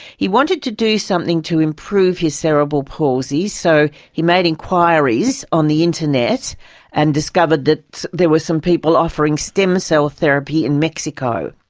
he wanted to do something to improve his cerebral palsy, so he made enquiries on the internet and discovered that there was some people offering stem cell therapy in mexico.